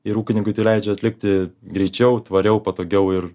ir ūkininkui tai leidžia atlikti greičiau tvariau patogiau ir